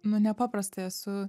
nu nepaprastai esu